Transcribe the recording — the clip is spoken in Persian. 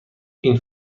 این